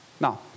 Now